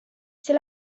see